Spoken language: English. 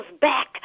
back